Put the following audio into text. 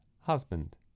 husband